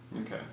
Okay